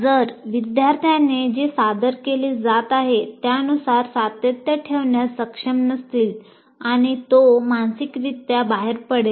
जर विद्यार्थ्याने जे सादर केले जात आहे त्यानुसार सातत्य ठेवण्यास सक्षम नसेल आणि तो मानसिकरित्या बाहेर पडेल